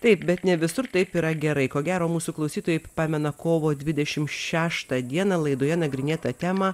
taip bet ne visur taip yra gerai ko gero mūsų klausytojai pamena kovo dvidešim šeštą dieną laidoje nagrinėtą temą